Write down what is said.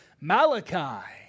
Malachi